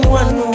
one